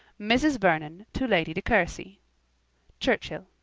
mrs. vernon to lady de courcy churchhill.